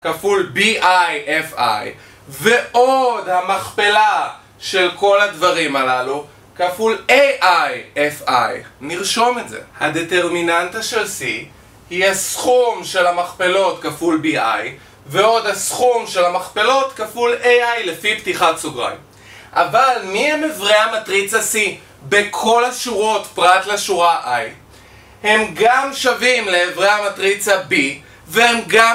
כפול b i f i ועוד המכפלה של כל הדברים הללו כפול a i f i נרשום את זה הדטרמיננטה של c היא הסכום של המכפלות כפול b i ועוד הסכום של המכפלות כפול a i לפי פתיחת סוגריים אבל מי הם אברי המטריצה c בכל השורות פרט לשורה i? הם גם שווים לאברי המטריצה b והם גם